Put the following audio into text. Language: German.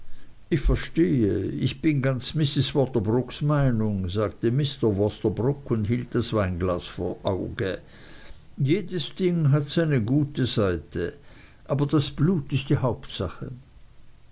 ich gestehe ich bin ganz mrs waterbroocks meinung sagte mr waterbroock und hielt das weinglas vor das auge jedes ding hat seine gute seite aber das blut ist die hauptsache